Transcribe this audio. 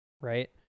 right